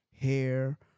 hair